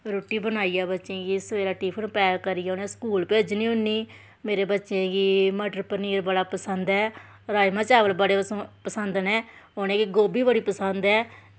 रुट्टी बनाइयै सवेरे उनेंगी टिफिन पैक करियै स्कूल भेजनी होन्नी मेरे बच्चें गी मटर पनीर बड़ा पसंद ऐ राजमांह् चावल बड़े पसंद ऐं उनेंगी गोभी बड़ी पसंद ऐ